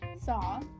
saw